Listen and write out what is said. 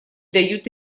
дают